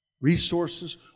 Resources